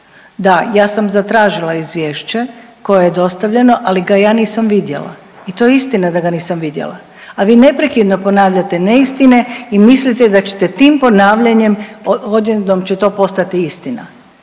Da, ja sam zatražila izvješće koje je dostavljeno, ali ga ja nisam vidjela i to je istina da ga nisam vidjela, a vi neprekidno ponavljate neistine i mislite da ćete tim ponavljanjem odjednom će to postati istina.